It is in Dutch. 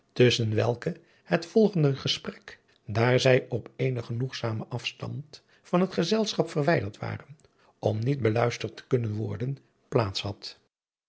tusschen welke het volgend gesprek daar zij op eenen genoegzamen afstand van het gezelschap verwijderd waren om niet beluisterd te kunnen worden plaats had